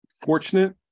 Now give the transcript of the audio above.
fortunate